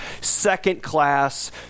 second-class